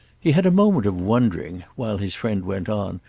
he had a moment of wondering, while his friend went on,